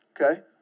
Okay